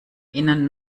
innen